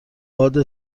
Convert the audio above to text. باد